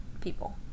people